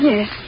Yes